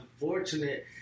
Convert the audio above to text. unfortunate